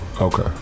okay